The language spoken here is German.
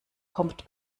kommt